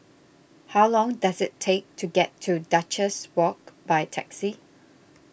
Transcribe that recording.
how long does it take to get to Duchess Walk by taxi